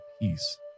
peace